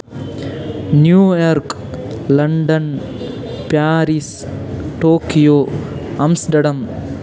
New York London Paris Tokyo Amsterdam